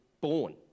born